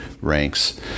ranks